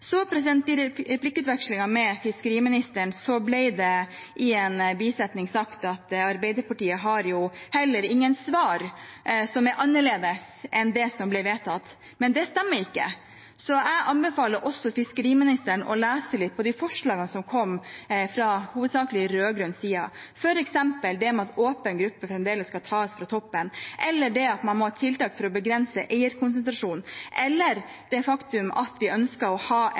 I replikkutvekslingen med fiskeriministeren ble det i en bisetning sagt at Arbeiderpartiet har heller ingen svar som er annerledes enn det som ble vedtatt. Det stemmer ikke. Jeg anbefaler også fiskeriministeren å lese de forslagene som kom hovedsakelig fra rød-grønn side, f.eks. det at åpen gruppe fremdeles skal tas fra toppen, eller det at man må ha tiltak for å begrense eierkonsentrasjonen, eller det faktum at vi ønsker å ha en